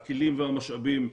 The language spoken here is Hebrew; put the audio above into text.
הכלים והמשאבים,